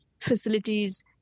facilities